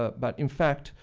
ah but in fact,